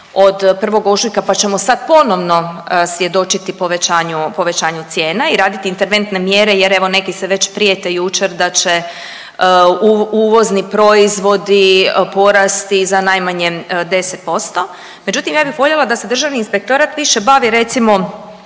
od 1. ožujka pa ćemo sada ponovno svjedočiti povećanju cijena i raditi interventne mjere jer evo neki se već prijete jučer da će uvozni proizvodi porasti za najmanje 10%. Međutim, ja bih voljela da se Državni inspektorat više bavi recimo